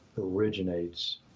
originates